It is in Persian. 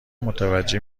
متوجه